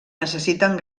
necessiten